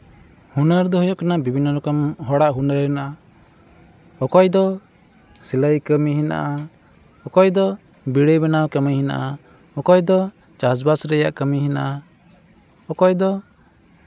ᱦᱩᱱᱟᱹᱨ ᱫᱚ ᱦᱩᱭᱩᱜ ᱠᱟᱱᱟ ᱵᱤᱵᱷᱤᱱᱱᱚ ᱨᱚᱠᱚᱢ ᱦᱚᱲᱟᱜ ᱦᱩᱱᱟᱹᱨ ᱦᱮᱱᱟᱜᱼᱟ ᱚᱠᱚᱭ ᱫᱚ ᱥᱤᱞᱟᱹᱭ ᱠᱟᱹᱢᱤ ᱦᱮᱱᱟᱜᱼᱟ ᱚᱠᱚᱭ ᱫᱚ ᱵᱤᱲᱤ ᱵᱮᱱᱟᱣ ᱠᱟᱹᱢᱤ ᱦᱮᱱᱟᱜᱼᱟ ᱚᱠᱚᱭ ᱫᱚ ᱪᱟᱥᱼᱵᱟᱥ ᱨᱮᱭᱟᱜ ᱠᱟᱹᱢᱤ ᱦᱮᱱᱟᱜᱼᱟ ᱚᱠᱚᱭ ᱫᱚ